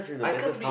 I can't be